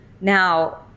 Now